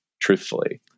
truthfully